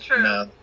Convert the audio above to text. no